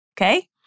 okay